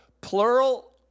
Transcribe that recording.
plural